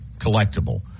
collectible